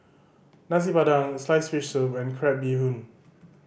Nasi Padang sliced fish soup and crab bee hoon